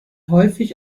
häufig